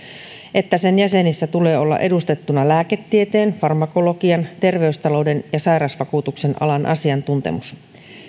että sen jäsenissä tulee olla edustettuna lääketieteen farmakologian terveystalouden ja sairausvakuutuksen alan asiantuntemus